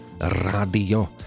radio